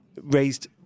raised